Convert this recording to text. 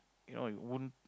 you know it won't